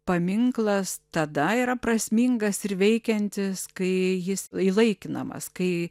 paminklas tada yra prasmingas ir veikiantis kai jis įlaikinamas kai